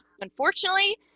unfortunately